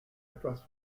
etwas